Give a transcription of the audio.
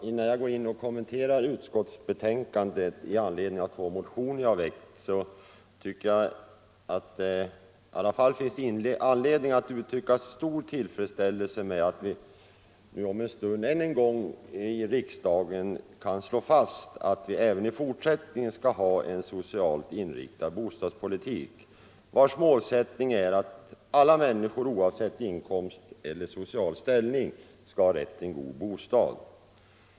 Herr talman! Innan jag kommenterar utskottsbetänkandet i anledning av två motioner jag väckt finner jag anledning att uttrycka stor tillfredsställelse med att vi om en stund än en gång här i riksdagen kan slå fast att vi även i fortsättningen skall ha en socialt inriktad bostadspolitik, vars målsättning är att alla människor, oavsett inkomst och social ställning, skall ha rätt till en god bostad.